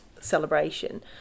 celebration